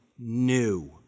New